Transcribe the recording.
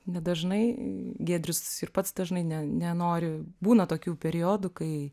nedažnai giedrius ir pats dažnai ne nenori būna tokių periodų kai